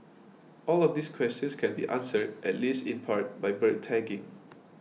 all of these questions can be answered at least in part by bird tagging